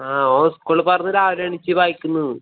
ആ ഓൻ സ്കൂളിൽ പറഞ്ഞ് രാവിലെ എണീച്ച് വായിക്കുന്നൂന്ന്